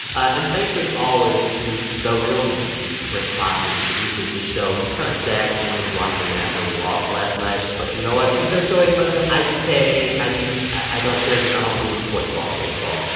and thanks as always to the real mvp, brent baughman, who produces the show. he's kind of sad this morning. his washington nationals lost last night, but you know what. there's no joy in mudville idk. i don't care because i don't do the sports balls, baseball.